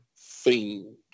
theme